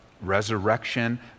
resurrection